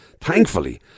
thankfully